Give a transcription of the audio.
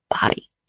body